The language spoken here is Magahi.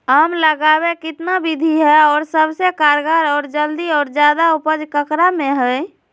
आम लगावे कितना विधि है, और सबसे कारगर और जल्दी और ज्यादा उपज ककरा में है?